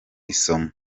isomo